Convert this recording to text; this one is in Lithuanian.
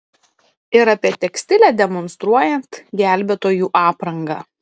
ir apie tekstilę demonstruojant gelbėtojų aprangą